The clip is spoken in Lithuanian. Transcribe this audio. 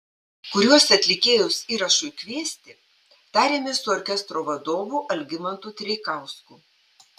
kuriuos atlikėjus įrašui kviesti tarėmės su orkestro vadovu algimantu treikausku